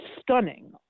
stunning